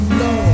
no